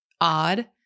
odd